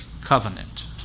covenant